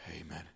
Amen